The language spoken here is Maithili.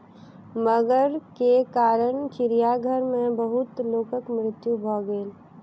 मगर के कारण चिड़ियाघर में बहुत लोकक मृत्यु भ गेल